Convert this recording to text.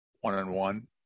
one-on-one